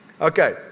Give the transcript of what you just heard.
Okay